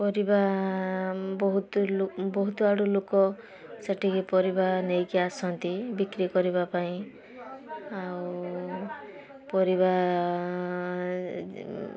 ପରିବା ବହୁତ ବହୁତ ଆଡ଼ୁ ଲୋକ ସେଠିକି ପରିବା ନେଇକି ଆସନ୍ତି ବିକ୍ରି କରିବାପାଇଁ ଆଉ ପରିବା